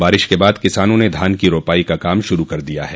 बारिश के बाद किसानों ने धान की रोपाई का काम शुरू कर दिया है